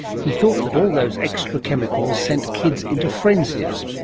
he thought that all those extra chemicals sent kids into frenzies.